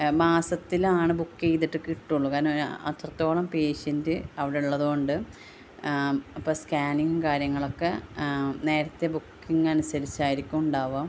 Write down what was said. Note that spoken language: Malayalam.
മാസത്തിലാണ് ബുക്ക് ചെയ്തിട്ട് കിട്ടുള്ളൂ കാരണം അത്രത്തോളം പേഷ്യന്റ് അവിടെ ഉള്ളത് കൊണ്ട് അപ്പോ സ്കാനിംങും കാര്യങ്ങളും ഒക്കെ നേരത്തെ ബുക്കിങ് അനുസരിച്ച് ആയിരിക്കും ഉണ്ടാവുക